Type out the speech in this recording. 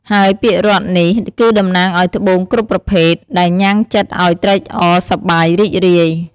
ហើយពាក្យរតន៍នេះ គឺតំណាងឲ្យត្បូងគ្រប់ប្រភេទ ដែលញ៉ាំងចិត្តឲ្យត្រេកអរសប្បាយ រីករាយ។